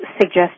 suggest